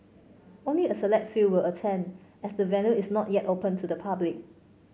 only a select few will attend as the venue is not yet open to the public